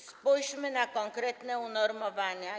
Spójrzmy na konkretne unormowania.